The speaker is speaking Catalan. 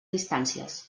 distàncies